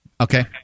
Okay